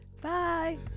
bye